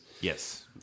Yes